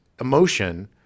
emotion